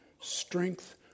strength